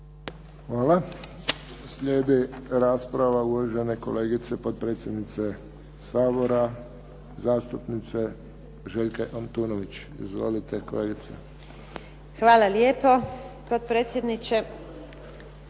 Hvala. Slijedi rasprava uvažene kolegice potpredsjednice Sabora, zastupnice Željke Antunović. Izvolite kolegice. **Antunović, Željka